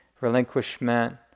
relinquishment